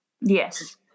Yes